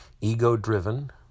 ego-driven